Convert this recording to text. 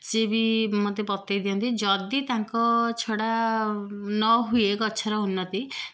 ସିଏ ବି ମତେ ବତେଇ ଦିଅନ୍ତି ଯଦି ତାଙ୍କ ଛଡ଼ା ନ ହୁଏ ଗଛର ଉନ୍ନତି